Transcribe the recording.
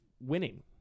winning